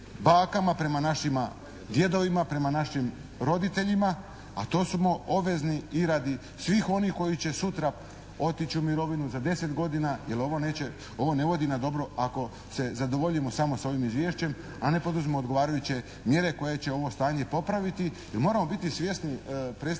prema našim djedovima, prema našim roditeljima, a to smo obvezni i radi svih onih koji će sutra otići u mirovinu, za 10 godina jer ovo ne vodi na dobro ako se zadovoljimo samo s ovim izvješćem a ne poduzmemo odgovarajuće mjere koje će ovo stanje popraviti. Jer moramo biti svjesni, predstavnici